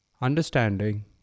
Understanding